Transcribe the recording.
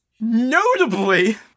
Notably